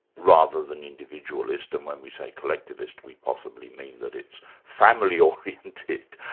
rather than individualist, and when we say collectivist, we possibly mean that it's family oriented.